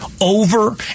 Over